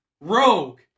Rogue